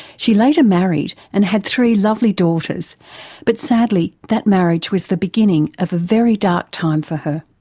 she later married and had three lovely daughters but sadly that marriage was the beginning of a very dark time for her,